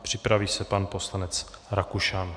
Připraví se pan poslanec Rakušan.